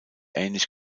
ähnlich